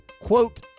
quote